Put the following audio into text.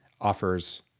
offers